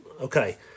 Okay